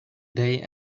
day